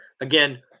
Again